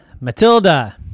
Matilda